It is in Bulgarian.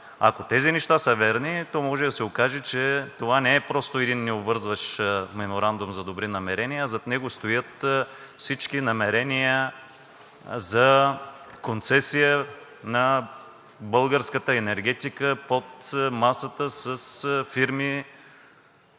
Ако тези неща са верни, то може да се окаже, че това не е просто един необвързващ меморандум за добри намерения, а зад него стоят всички намерения за концесия на българската енергетика под масата с фирми